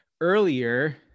earlier